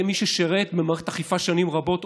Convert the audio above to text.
כמי ששירת במערכת האכיפה שנים רבות,